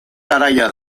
garaia